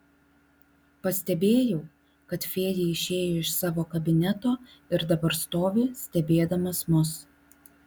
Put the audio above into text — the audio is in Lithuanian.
pastebėjau kad fėja išėjo iš savo kabineto ir dabar stovi stebėdamas mus